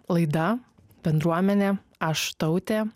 laida bendruomenė aš tautė